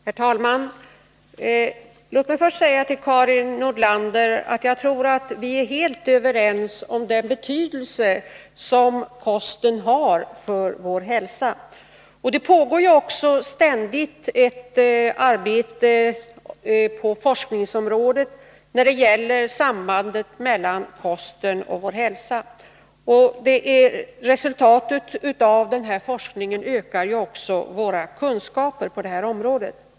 Herr talman! Låt mig först säga till Karin Nordlander att jag tror att vi är helt överens om den betydelse som kosten har för vår hälsa. Det pågår ju också ständigt forskningsarbete när det gäller sambandet mellan kosten och vår hälsa, och resultat av denna forskning ökar våra kunskaper på detta område.